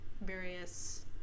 various